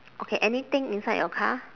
okay anything inside your car